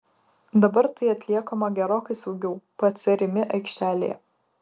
dabar tai atliekama gerokai saugiau pc rimi aikštelėje